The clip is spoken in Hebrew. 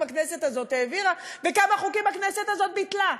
הכנסת הזאת העבירה וכמה חוקים הכנסת הזאת ביטלה.